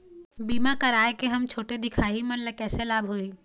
बीमा कराए के हम छोटे दिखाही हमन ला कैसे लाभ होही?